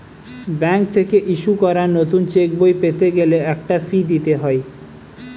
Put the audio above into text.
bank থেকে issue করা নতুন চেকবই পেতে গেলে একটা ফি দিতে হয়